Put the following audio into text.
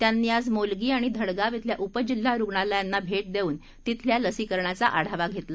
त्यांनी आज मोलगी आणि धडगाव धिल्या उपजिल्हा रुग्णालयांना भेट देऊन तिथल्या लसीकरणाचा आढावा घेतला